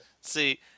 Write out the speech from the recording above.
See